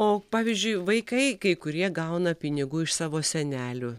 o pavyzdžiui vaikai kai kurie gauna pinigų iš savo senelių